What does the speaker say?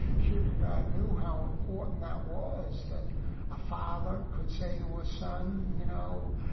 kierkegaard knew how important that was, that a father could say to a son, you know,